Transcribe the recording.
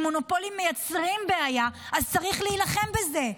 אם מונופולים מייצרים בעיה, אז צריך להילחם בזה,